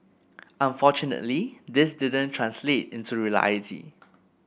unfortunately this didn't translate into reality